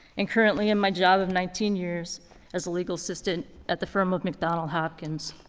and currently in my job of nineteen years as a legal assistant at the firm of mcdonald hopkins.